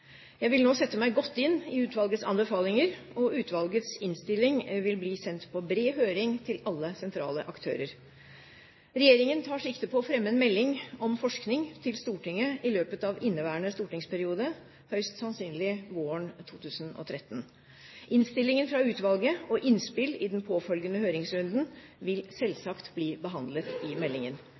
Jeg vil nå sette meg godt inn i utvalgets anbefalinger. Utvalgets innstilling vil bli sendt på bred høring til alle sentrale aktører. Regjeringen tar sikte på å fremme en melding om forskning til Stortinget i løpet av inneværende stortingsperiode, høyst sannsynlig våren 2013. Innstillingen fra utvalget og innspill i den påfølgende høringsrunden vil selvsagt bli behandlet i meldingen.